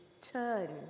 turn